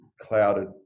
clouded